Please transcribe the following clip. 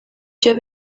byo